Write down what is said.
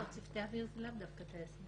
לא, צוותי אוויר זה לאו דווקא טייסים.